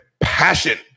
passion